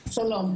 שלום.